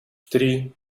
три